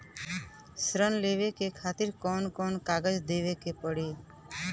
ऋण लेवे के खातिर कौन कोन कागज देवे के पढ़ही?